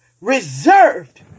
reserved